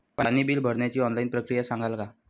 पाणी बिल भरण्याची ऑनलाईन प्रक्रिया सांगाल का?